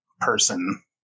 person